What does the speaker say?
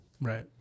Right